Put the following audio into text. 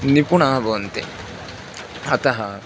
निपुणाः भवन्ति अतः